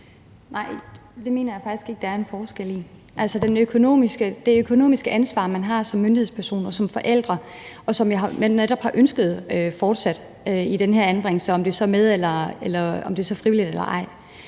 Nej, det mener jeg faktisk ikke der ligger en forskel i. Det økonomiske ansvar, man har som myndighedsperson og som forælder, og som man jo netop fortsat har ønsket i den her anbringelse – om det er så er frivilligt eller ej